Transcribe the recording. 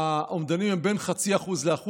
האומדנים הם בין 0.5% ל-1%.